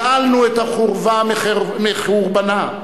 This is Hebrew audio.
גאלנו את "החורבה" מחורבנה,